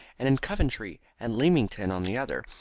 and in coventry and leamington on the other,